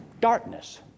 darkness